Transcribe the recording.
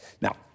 now